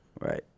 right